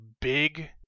big